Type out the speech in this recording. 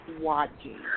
watching